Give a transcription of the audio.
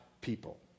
people